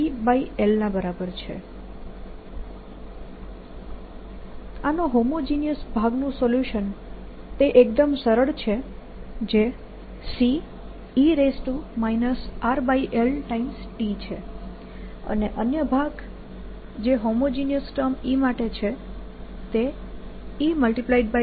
E LdIdtIR OR LdIdtIRE dIdtRLIEL આનો homogeneous ભાગનું solution એ એકદમ સરળ છે જે Ce RL t છે અને અન્ય ભાગ જે હોમોજીનિયસ ટર્મ E માટે છે તે E LR છે